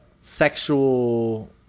sexual